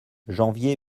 janvier